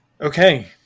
Okay